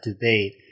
debate